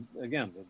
again